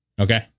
Okay